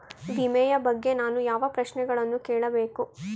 ವಿಮೆಯ ಬಗ್ಗೆ ನಾನು ಯಾವ ಪ್ರಶ್ನೆಗಳನ್ನು ಕೇಳಬೇಕು?